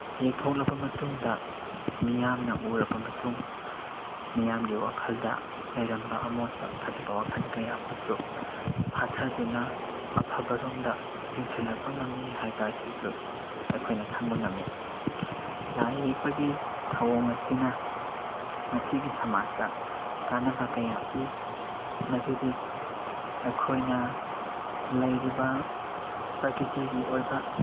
ꯌꯦꯛꯊꯣꯛꯂꯕ ꯃꯇꯨꯡꯗ ꯃꯤꯌꯥꯝꯅ ꯎꯔꯕ ꯃꯇꯨꯡ ꯃꯤꯌꯥꯝꯒꯤ ꯋꯥꯈꯜꯗ ꯂꯩꯔꯝꯕ ꯑꯃꯣꯠꯄ ꯐꯠꯇꯕ ꯋꯥꯈꯜ ꯀꯌꯥꯕꯨꯁꯨ ꯐꯥꯊꯗꯨꯅ ꯑꯐꯕꯔꯣꯝꯗ ꯆꯤꯡꯁꯤꯜꯂꯛꯄ ꯉꯝꯃꯤ ꯍꯥꯏꯕ ꯑꯁꯤꯁꯨ ꯑꯩꯈꯣꯏꯅ ꯈꯪꯕ ꯉꯝꯃꯤ ꯂꯥꯏ ꯌꯦꯛꯄꯒꯤ ꯊꯧꯑꯣꯡ ꯑꯁꯤꯅ ꯉꯁꯤꯒꯤ ꯁꯃꯥꯖꯇ ꯀꯥꯅꯕ ꯀꯌꯥ ꯄꯤ ꯃꯗꯨꯗꯤ ꯑꯩꯈꯣꯏꯅ ꯂꯩꯔꯤꯕ ꯄ꯭ꯔꯀꯤꯇꯤꯒꯤ ꯑꯣꯏꯕ